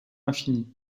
infini